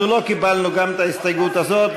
אנחנו לא קיבלנו גם את ההסתייגות הזאת.